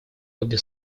обе